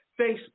Facebook